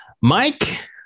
Mike